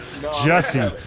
Jesse